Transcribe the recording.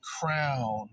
crown